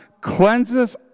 cleanses